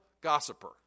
gossiper